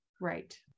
Right